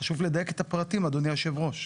חשוב לדייק את הפרטים אדוני היושב ראש.